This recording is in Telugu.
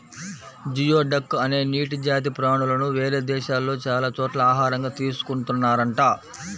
జియోడక్ అనే నీటి జాతి ప్రాణులను వేరే దేశాల్లో చాలా చోట్ల ఆహారంగా తీసుకున్తున్నారంట